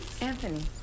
anthony